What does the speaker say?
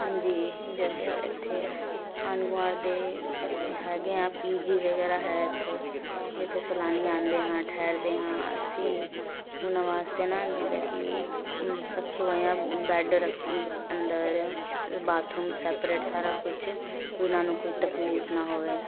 ਹਾਂਜੀ ਜਦ ਇੱਥੇ ਆਂਢ ਗੁਆਂਢ ਦੇ ਹੈਗੇ ਆ ਪੀ ਜੀ ਵਗੈਰਾ ਹੈ ਇੱਥੇ ਜਿੱਥੇ ਸੈਲਾਨੀ ਆਉਂਦੇ ਹਨ ਠਹਿਰਦੇ ਹਾਂ ਸੀ ਉਨ੍ਹਾਂ ਵਾਸਤੇ ਨਾ ਜਿੱਦਾਂ ਕਿ ਰੱਖੇ ਹੋਏ ਆ ਬੈੱਡ ਅੰਦਰ ਬਾਥਰੂਮ ਸੈਪਰੇਟ ਸਾਰਾ ਕੁਝ ਵੀ ਇਹਨਾਂ ਨੂੰ ਕੋਈ ਤਕਲੀਫ਼ ਨਾ ਹੋਵੇ